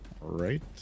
Right